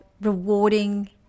rewarding